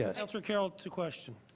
ah councillor carroll to question.